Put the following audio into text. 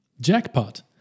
Jackpot